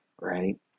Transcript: right